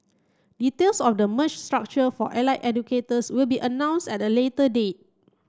details of the merged structure for allied educators will be announced at a later date